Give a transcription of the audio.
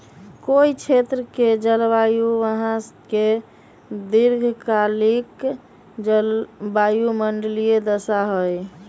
कोई क्षेत्र के जलवायु वहां के दीर्घकालिक वायुमंडलीय दशा हई